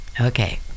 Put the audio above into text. Okay